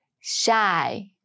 shy